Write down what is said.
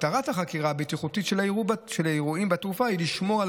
מטרת החקירה הבטיחותית של אירועים בתעופה היא לשמור על